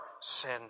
sin